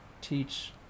teach